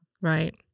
Right